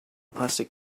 plastic